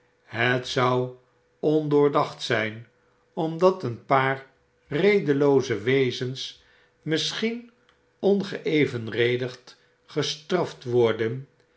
het zou ondoordacht zijn omdat een paar redelooze wezens misschien ongeevenredigd gestraft worden